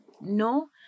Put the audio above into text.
no